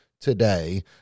today